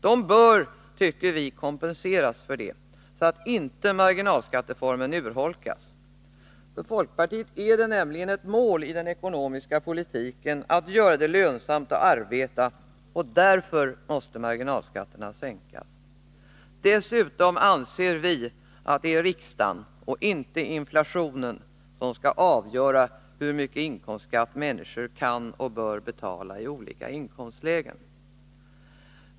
De bör, tycker vi, kompenseras för det, så att inte marginalskattereformen urholkas. För folkpartiet är det nämligen ett mål i den ekonomiska politiken att göra det lönsamt att arbeta, och därför måste marginalskatterna sänkas. Dessutom anser vi att det är riksdagen och inte inflationen som skall avgöra hur mycket inkomstskatt människor kan och bör betala i olika inkomstlägen.